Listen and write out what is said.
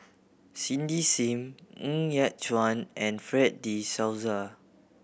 Cindy Sim Ng Yat Chuan and Fred De Souza